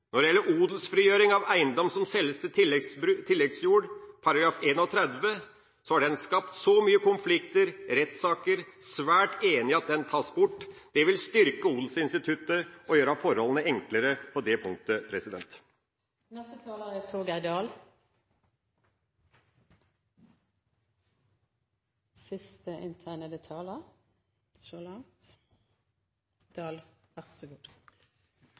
Når det gjelder odelsfrigjøring av eiendom som selges til tilleggsjord, § 31, har den skapt så mye konflikter og rettssaker at jeg er svært enig i at den tas bort. Det vil styrke odelsinstituttet og gjøre forholdene enklere på det punktet.